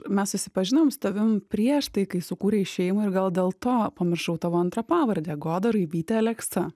mes susipažinom su tavim prieš tai kai sukūrei šeimą ir gal dėl to pamiršau tavo antrą pavardę goda raibytė aleksa